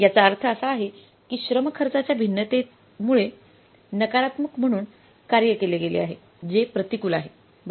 याचा अर्थ असा आहे की श्रम खर्चाच्या भिन्नतेमुळे नकारात्मक म्हणून कार्य केले गेले आहे जे प्रतिकूल आहे बरोबर